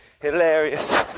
hilarious